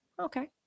okay